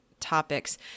topics